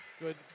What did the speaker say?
good